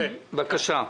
בבקשה.